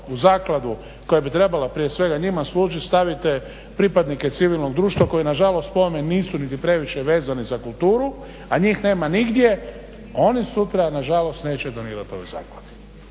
u zakladu koja bi trebala prije svega njima služiti stavite pripadnike civilnog društva koji na žalost po ovome nisu niti previše vezani za kulturu, a njih nema nigdje oni sutra na žalost neće donirati ovoj zakladi